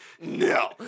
no